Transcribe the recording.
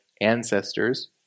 ancestors